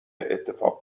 اتفاق